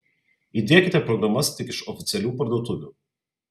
įdiekite programas tik iš oficialių parduotuvių